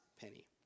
penny